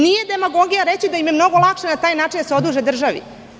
Nije demagogija reći da im je mnogo lakše na taj način da se oduže državi.